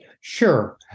Sure